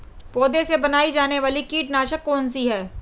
पौधों से बनाई जाने वाली कीटनाशक कौन सी है?